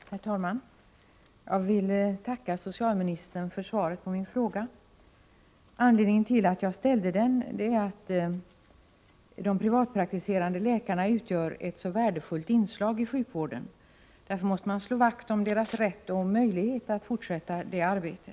Herr talman! Jag vill tacka socialministern för svaret på min fråga. Anledningen till att jag ställt frågan är att de privatpraktiserande läkarna utgör ett så värdefullt inslag i sjukvården. Därför måste man slå vakt om deras rätt och möjlighet att fortsätta det arbetet.